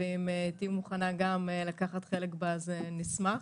ואם תהיי מוכנה גם לקחת בה חלק אז נשמח.